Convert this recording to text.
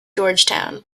georgetown